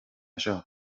seo